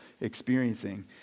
experiencing